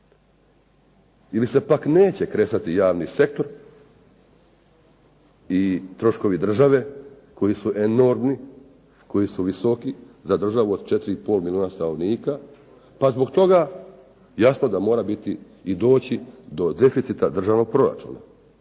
Ili se pak neće kresati javni sektor i troškovi države koji su enormni, koji su visoki, za državu od 4 i pol milijuna stanovnika, pa zbog toga jasno da mora biti i doći do deficita državnog proračuna.